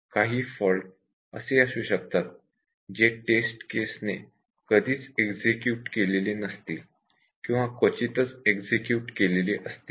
काही फॉल्ट असे असू शकतात जे टेस्ट केस ने कधीच एक्झिक्युट केलेले नसतील किंवा क्वचितच एक्झिक्युट केले असतील